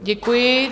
Děkuji.